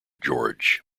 george